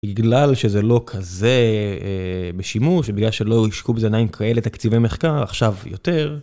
בגלל שזה לא כזה בשימוש, ובגלל שלא השקיעו בזה עדיין כאלה תקציבי מחקר, עכשיו יותר.